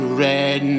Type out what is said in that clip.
red